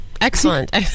Excellent